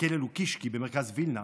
בכלא לוקישקי במרכז וילנה,